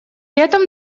этом